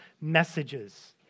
messages